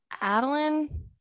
Adeline